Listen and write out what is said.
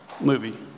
movie